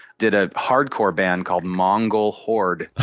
did a hardcore band called mongol hoard,